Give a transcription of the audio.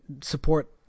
support